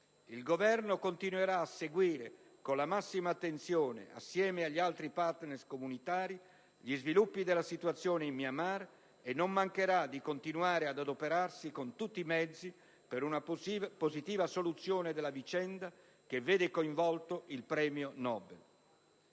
Il Governo continuerà a seguire con la massima attenzione, assieme agli altri partners comunitari, gli sviluppi della situazione in Myanmar e non mancherà di continuare ad adoperarsi con tutti i mezzi per una positiva soluzione della vicenda che vede coinvolto il premio Nobel.